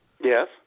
yes